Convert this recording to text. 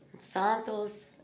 Santos